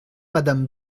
madame